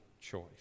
choice